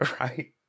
right